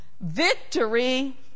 Victory